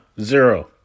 zero